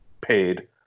paid